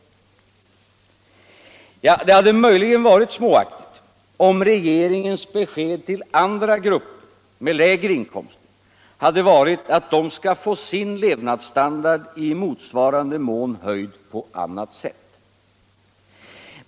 Allmänpolitisk debatt Allmänpolitisk debatt Ja, det hade möjligen varit småaktigt om regeringens besked uill andra grupper med lägre inkomster hade varit att de skall få sin levnadsstandard höjd i motsvarande mån på annat sätt.